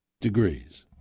Degrees